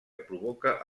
provoca